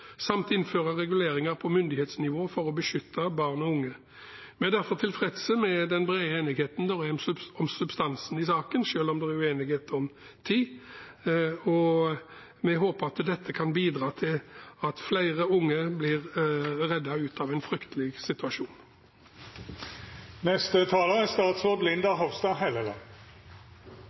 samt innføre reguleringer på myndighetsnivå for å beskytte barn og unge. Vi er derfor tilfreds med den brede enigheten det er om substansen i saken, selv om det er uenighet om tid. Vi håper at dette kan bidra til at flere unge blir reddet ut av en fryktelig situasjon. Jeg er